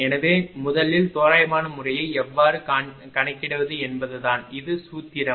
எனவே முதலில் தோராயமான முறையை எவ்வாறு கணக்கிடுவது என்பதுதான் இது சூத்திரம்